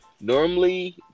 normally